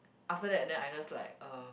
after that then I just like uh